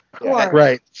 right